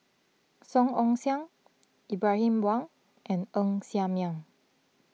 Song Ong Siang Ibrahim Awang and Ng Ser Miang